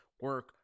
Work